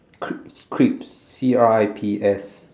cri~ crips C R I P S